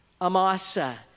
Amasa